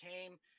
came